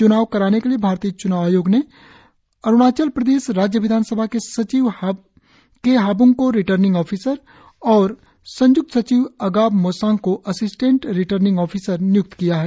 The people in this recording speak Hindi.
च्नाव कराने के लिए भारतीय च्नाव आयोग ने अरुणाचल प्रदेश राज्य विधानसभा के सचिव के हाब्ंग को रिटर्निंग ऑफिसर और संय्क्त सचिव अगाब मोसांग को असिस्टेंट रिटर्निंग ऑफिसर निय्क्त किया है